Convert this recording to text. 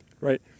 right